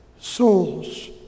souls